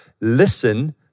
listen